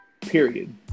period